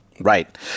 Right